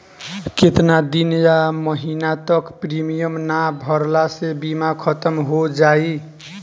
केतना दिन या महीना तक प्रीमियम ना भरला से बीमा ख़तम हो जायी?